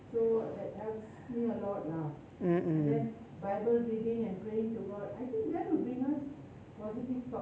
mm mm